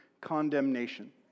condemnation